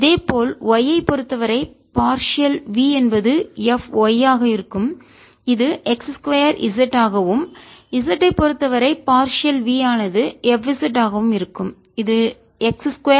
இதேபோல் y ஐப் பொறுத்தவரை பார்சியல் v என்பது F y ஆக இருக்கும் இது x 2 z ஆகவும் z ஐ பொறுத்தவரை விட பார்சியல் v ஆனது F z ஆகவும் இருக்கும் இது x 2 y ஆகும்